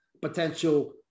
potential